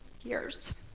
years